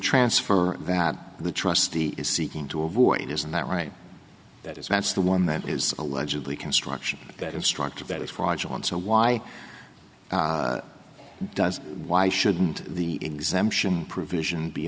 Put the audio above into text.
transfer that the trustee is seeking to avoid isn't that right that is why it's the one that is allegedly construction that instructed that is fraudulent so why does why shouldn't the exemption provision be